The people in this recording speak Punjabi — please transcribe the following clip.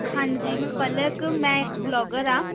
ਹਾਂਜੀ ਮੈਂ ਪਲਕ ਮੈਂ ਇੱਕ ਬਲੋਗਰ ਹਾਂ